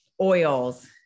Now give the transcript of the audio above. oils